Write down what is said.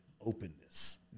openness